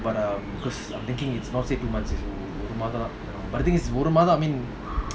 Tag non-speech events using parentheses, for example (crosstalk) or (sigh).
but um because I'm thinking it's not say two months ஒருமாதம்:oru madham but the thing is ஒருமாதம்:oru madham (noise)